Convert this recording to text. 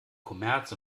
kommerz